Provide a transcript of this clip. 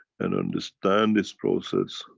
and understand this process